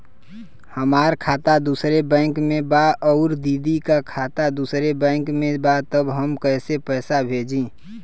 हमार खाता दूसरे बैंक में बा अउर दीदी का खाता दूसरे बैंक में बा तब हम कैसे पैसा भेजी?